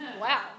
Wow